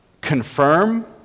confirm